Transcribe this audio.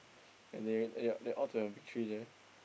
and there eh they all the big three's eh